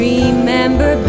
Remember